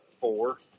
four